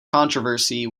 controversy